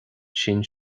sin